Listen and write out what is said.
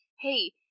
Hey